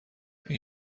این